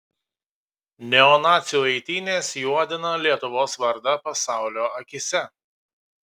neonacių eitynės juodina lietuvos vardą pasaulio akyse